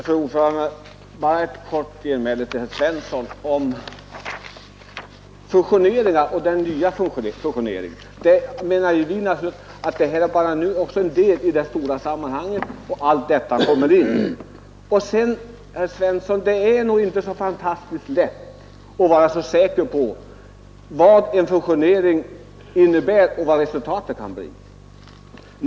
Fru talman! Ett kort genmäle till herr Svensson i Malmö om fusioner. Vi menar naturligtvis att fusionerna bara är en del i de stora sammanhang som utredningen har att arbeta med. Det är nog inte, herr Svensson, så fantastiskt lätt att vara säker på vad en fusion innebär och vad dess resultat kan bli.